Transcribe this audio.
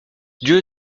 dieu